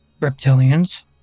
Reptilians